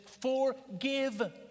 forgive